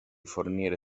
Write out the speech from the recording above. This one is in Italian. fornire